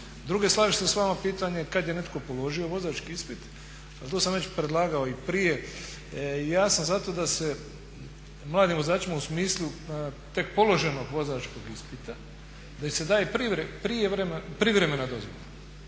Druga stvar što je sa vama pitanje kad je netko položio vozački ispit, ali to sam već predlagao i prije. Ja sam zato da se mladim vozačima u smislu tek položenog vozačkog ispita, da im se daje privremena dozvola,